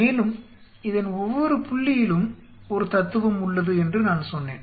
மேலும் இதன் ஒவ்வொரு புள்ளியிலும் ஒரு தத்துவம் உள்ளது என்று நான் சொன்னேன்